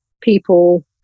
people